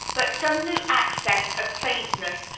but some new access of faintness,